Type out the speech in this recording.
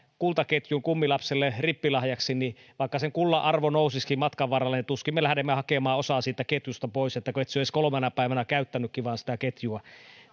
kultaketjun kummilapselle rippilahjaksi niin vaikka sen kullan arvo nousisikin matkan varrella niin tuskin me lähdemme hakemaan osaa siitä ketjusta pois kun sinä et ole edes kuin kolmena päivänä käyttänytkään vain sitä ketjua